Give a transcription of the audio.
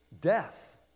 death